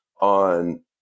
on